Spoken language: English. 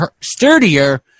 sturdier